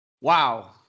Wow